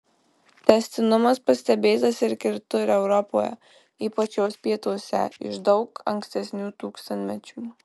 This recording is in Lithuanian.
tęstinumas pastebėtas ir kitur europoje ypač jos pietuose iš daug ankstesnių tūkstantmečių